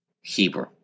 Hebrew